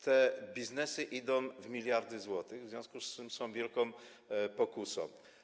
Te biznesy idą w miliardy złotych, w związku z czym są wielką pokusą.